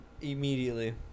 immediately